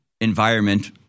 environment